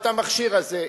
את המכשיר הזה,